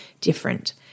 different